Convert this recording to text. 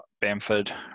Bamford